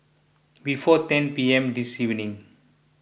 before ten P M this evening